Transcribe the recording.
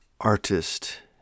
Artist